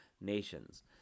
nations